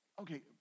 Okay